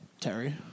Terry